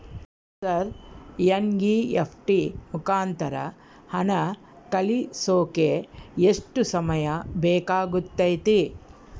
Sir NEFT ಮುಖಾಂತರ ಹಣ ಕಳಿಸೋಕೆ ಎಷ್ಟು ಸಮಯ ಬೇಕಾಗುತೈತಿ?